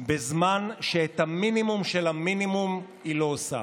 בזמן שאת המינימום של המינימום היא לא עושה.